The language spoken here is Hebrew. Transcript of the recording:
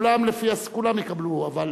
כולם יקבלו, אבל